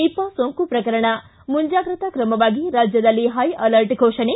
Nipah ಸೋಂಕು ಪ್ರಕರಣ ಮುಂಜಾಗ್ರತಾ ಕ್ರಮವಾಗಿ ರಾಜ್ಯದಲ್ಲಿ ಹೈ ಅಲರ್ಟ್ ಫೋಪಣೆ